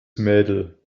mädel